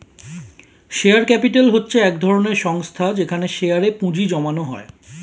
share capital হচ্ছে এক ধরনের সংস্থা যেখানে শেয়ারে এ পুঁজি জমানো হয়